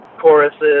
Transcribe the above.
choruses